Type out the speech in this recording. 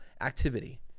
activity